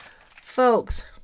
Folks